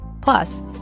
Plus